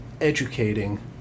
educating